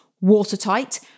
watertight